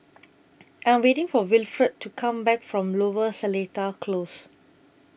I Am waiting For Wilfred to Come Back from Lower Seletar Close